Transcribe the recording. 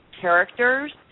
characters